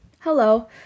Hello